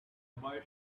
boy